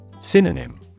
Synonym